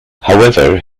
however